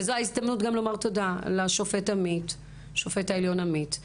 זו ההזדמנות גם לומר תודה לשופט העליון עמית,